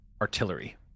artillery